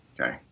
Okay